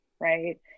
right